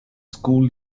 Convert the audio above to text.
school